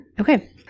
Okay